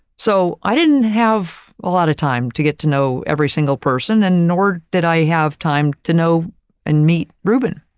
so, i didn't have a lot of time to get to know every single person, and nor did i have time to know and meet reuben.